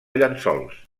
llençols